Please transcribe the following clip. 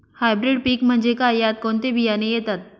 Hybrid पीक म्हणजे काय? यात कोणते बियाणे येतात?